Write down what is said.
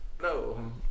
No